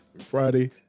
Friday